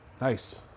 Nice